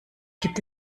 gibt